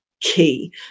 key